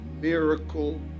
miracle